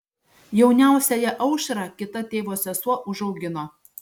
jauniausiąją aušrą kita tėvo sesuo užaugino